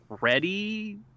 ready